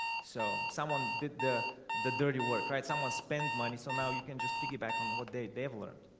so someone did the the dirty work, right someone spent money. so now you can just piggyback on what they develop